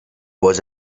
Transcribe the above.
was